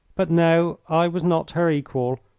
but no, i was not her equal,